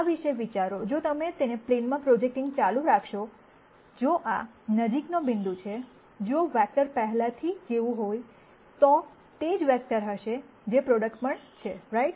આ વિશે વિચારો જો તમે તેને પ્લેનમાં પ્રોજેકટીંગ ચાલુ રાખશો જો આ નજીકનો બિંદુ છે જો વેક્ટર પહેલાથી જેવું હોય તો તે જ વેક્ટર હશે જે પ્રોડક્ટ પણ છે રાઈટ